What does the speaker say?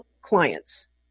clients